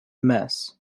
mess